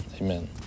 Amen